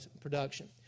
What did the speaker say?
production